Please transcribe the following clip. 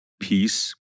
peace